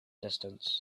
distance